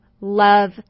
love